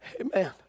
Amen